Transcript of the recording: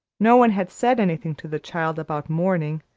no one had said anything to the child about mourning,